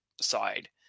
side